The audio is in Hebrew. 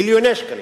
מיליוני שקלים.